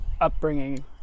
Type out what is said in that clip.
upbringing